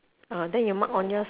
ah then you mark on yours